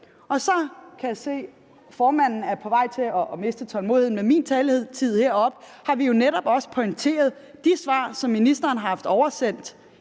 Så kan jeg se, formanden er på vej til at miste tålmodigheden med min taletid. Vi har jo heroppe også netop pointeret de svar, som ministeren har haft oversendt,